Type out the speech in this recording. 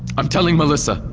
i'm telling melissa!